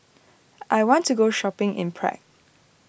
I want to go shopping in Prague